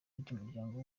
ry’umuryango